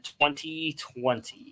2020